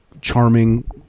Charming